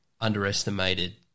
underestimated